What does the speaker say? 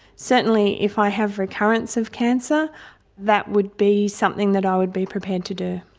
certainly if i have recurrence of cancer that would be something that i would be prepared to do,